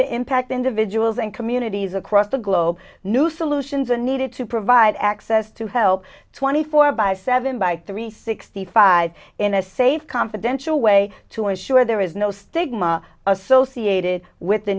to impact individuals and communities across the globe new solutions are needed to provide access to help twenty four by seven by three sixty five in a safe confidential way to ensure there is no stigma associated with the